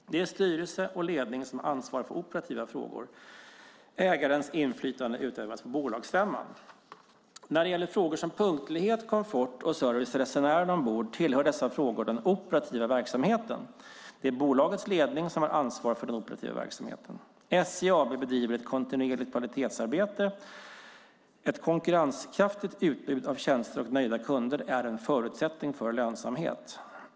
Det är styrelse och ledning som ansvarar för operativa frågor. Ägarens inflytande utövas på bolagsstämman. När det gäller frågor som punktlighet, komfort och service till resenärerna ombord tillhör dessa frågor den operativa verksamheten. Det är bolagets ledning som har ansvar för den operativa verksamheten. SJ AB bedriver ett kontinuerligt kvalitetsarbete. Ett konkurrenskraftigt utbud av tjänster och nöjda kunder är en förutsättning för lönsamhet.